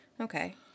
okay